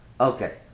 Okay